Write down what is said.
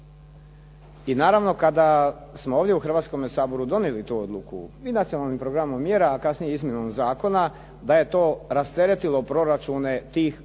I naravno kada smo ovdje u Hrvatskom saboru donijeli tu odluku i nacionalnim programom mjera a kasnije izmjenom zakona da je to rasteretilo proračune tih